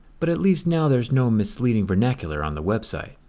but at least now there's no misleading vernacular on the website.